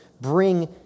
bring